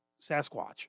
Sasquatch